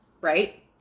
Right